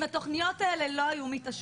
אם התוכניות האלה לא היו מתאשרות,